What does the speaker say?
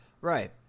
right